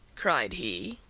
cried he.